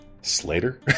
Slater